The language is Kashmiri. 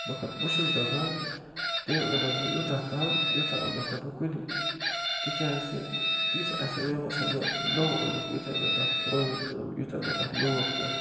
مگر بہٕ چھُس دَپان تٔمۍ اوٚننَس بہٕ یوٗتاہ تنٛگ یوٗتاہ اوٚنَس نہٕ بہٕ کُنی تِکیٛازِ تِژھ آسہِ ہے مےٚ باسان مےٚ نوٚو اوٚنمُت یوٗتاہ مےٚ تَتھ پرٛون یوٗتاہ مےٚ تَتھ لوگ پٮ۪ٹھٕ